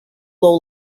low